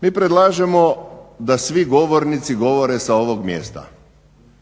Mi predlažemo da svi govornici govore sa ovog mjesta,